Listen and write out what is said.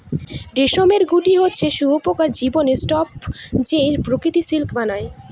রেশমের গুটি হচ্ছে শুঁয়োপকার জীবনের স্তুপ যে প্রকৃত সিল্ক বানায়